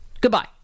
goodbye